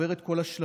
עובר את כל השלבים,